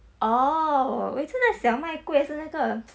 orh 我每次那想卖 kueh 是那个